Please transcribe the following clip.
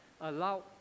Allow